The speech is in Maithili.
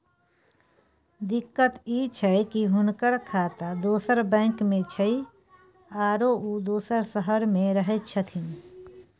दिक्कत इ छै की हुनकर खाता दोसर बैंक में छै, आरो उ दोसर शहर में रहें छथिन